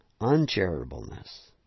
uncharitableness